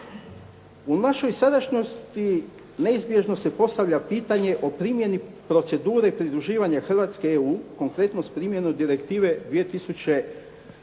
U našoj sadašnjosti neizbježno se postavlja pitanje o primjeni procedure pridruživanja Hrvatske EU konkretno s primjenom direktive 2005/66